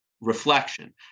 reflection